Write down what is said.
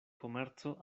komerco